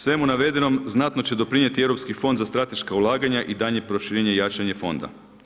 Svemu navedenom znatno će doprinijeti Europski fond za strateška ulaganja i daljnje proširenje i jačanje fonda.